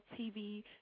TV